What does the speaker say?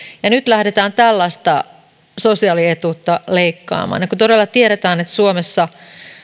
ja nyt lähdetään tällaista sosiaalietuutta leikkaamaan kun todella tiedetään että suomessa